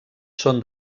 són